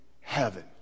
heaven